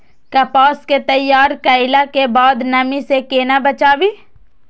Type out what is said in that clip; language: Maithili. कपास के तैयार कैला कै बाद नमी से केना बचाबी?